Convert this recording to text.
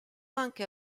anche